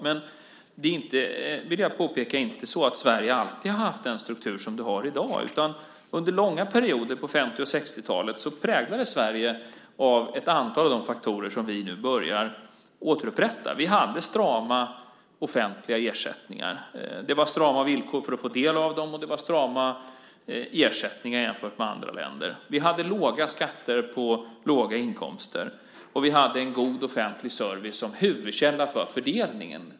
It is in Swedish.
Men jag vill påpeka att det inte är så att Sverige alltid har haft den struktur det har i dag. Under långa perioder på 50 och 60-talet präglades Sverige av ett antal av de faktorer som vi nu börjar återupprätta. Vi hade strama offentliga ersättningar. Det var strama villkor för att få del av dem, och det var strama ersättningar jämfört med andra länder. Vi hade låga skatter på låga inkomster, och vi hade en god offentlig service som huvudkälla för fördelningen.